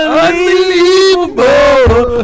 unbelievable